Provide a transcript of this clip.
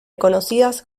conocidas